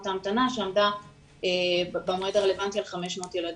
ההמתנה שעמדה במועד הרלוונטי על 500 ילדים?